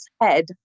head